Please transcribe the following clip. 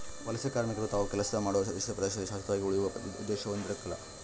ವಲಸೆಕಾರ್ಮಿಕರು ತಾವು ಕೆಲಸ ಮಾಡುವ ದೇಶ ಪ್ರದೇಶದಲ್ಲಿ ಶಾಶ್ವತವಾಗಿ ಉಳಿಯುವ ಉದ್ದೇಶ ಹೊಂದಿರಕಲ್ಲ